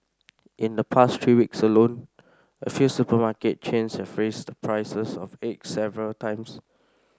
in the past three weeks alone a few supermarket chains have raised the prices of eggs several times